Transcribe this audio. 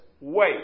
wait